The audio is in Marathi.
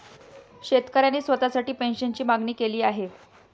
शेतकऱ्याने स्वतःसाठी पेन्शनची मागणी केली आहे